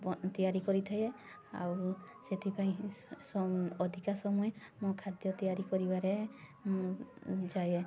ବ ତିଆରି କରିଥାଏ ଆଉ ସେଥିପାଇଁ ଅଧିକା ସମୟ ମୁଁ ଖାଦ୍ୟ ତିଆରି କରିବାରେ ଯାଏ